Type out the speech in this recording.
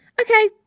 okay